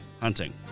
hunting